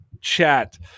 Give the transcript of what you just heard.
chat